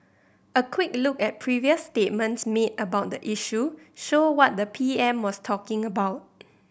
a quick look at previous statements made about the issue show what the P M was talking about